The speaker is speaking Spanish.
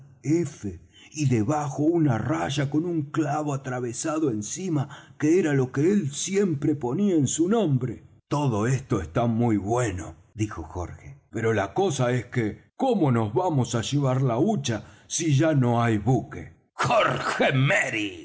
f y debajo una raya con un clavo atravesado encima que era lo que él siempre ponía en su nombre todo esto está muy bueno dijo jorge pero la cosa es que cómo nos vamos á llevar la hucha si ya no hay buque jorge merry